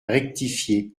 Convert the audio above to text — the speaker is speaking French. rectifié